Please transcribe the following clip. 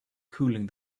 cooling